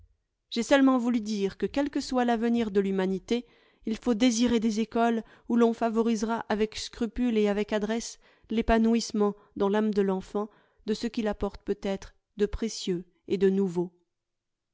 j'ai seulement voulu dire que quel que soit l'avenir de l'humanité il faut désirer des écoles où l'on favorisera avec scrupule et avec adresse l'épanouissement dans l'âme de l'enfant de ce qu'il apporte peut-être de précieux et de nouveau